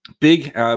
Big